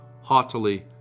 haughtily